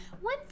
One